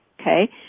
Okay